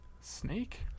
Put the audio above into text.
Snake